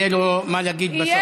יהיה לו מה להגיד בסוף.